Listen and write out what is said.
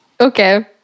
Okay